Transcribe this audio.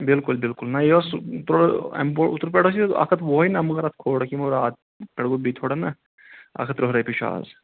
بالکل بالکل نہ یہِ اوس تھوڑا امہِ بروٚنہہ اوٚترٕ پٮ۪ٹھ اوس یہِ اکھ ہتھ وُہ ہاے نا مگر اتھ کھولُکھ یمو راتہٕ گوٚو بیٚیہِ تھوڑا نا اکھ ہتھ ترٕٛہ رۄپیہِ چھُ آز